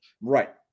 right